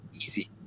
easy